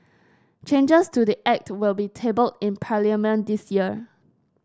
changes to the act will be tabled in parliament this year